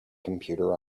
computer